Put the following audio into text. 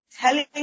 telling